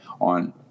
on